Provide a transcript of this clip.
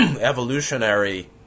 Evolutionary